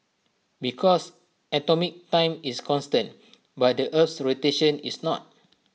because atomic time is constant but the Earth's rotation is not